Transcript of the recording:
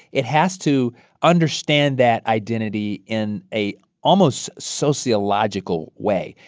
it has to understand that identity in a almost sociological way.